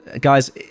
guys